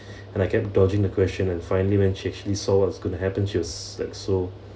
and I kept dodging the question and finally when she actually saw what's gonna happen she was like so